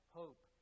hope